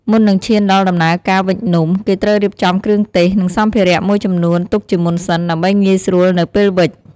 មុននឹងឈានដល់ដំណើរការវេចនំ គេត្រូវរៀបចំគ្រឿងទេស និងសម្ភារមួយចំនួនទុកជាមុនសិន ដើម្បីងាយស្រួលនៅពេលវេច។